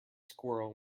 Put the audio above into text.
squirrel